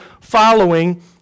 following